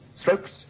strokes